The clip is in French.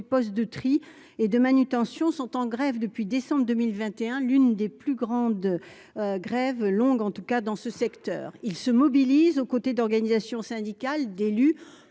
des postes de tri et de manutention sont en grève depuis décembre 2021, l'une des plus grandes grèves longues, en tout cas dans ce secteur, ils se mobilisent aux côtés d'organisations syndicales d'élus